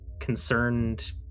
concerned